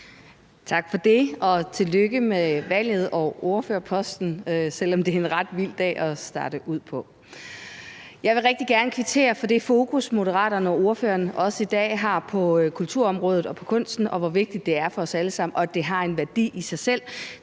Tak for det, og tillykke med valget og ordførerposten, selv om det er en ret vild dag at starte op på. Jeg vil rigtig gerne kvittere for det fokus, Moderaterne og ordføreren også i dag har på kulturområdet og på kunsten og på, hvor vigtigt det er for os alle sammen, og at det har en værdi i sig selv.